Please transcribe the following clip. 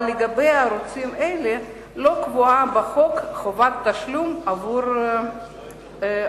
אבל לגבי ערוצים אלה לא קבועה בחוק חובת תשלום עבור העברתם.